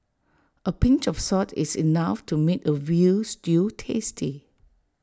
A pinch of salt is enough to make A Veal Stew tasty